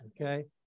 okay